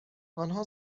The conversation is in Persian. آنها